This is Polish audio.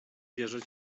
wierzę